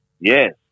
yes